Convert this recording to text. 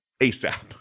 ASAP